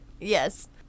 yes